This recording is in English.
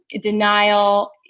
denial